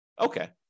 Okay